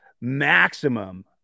maximum